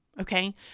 Okay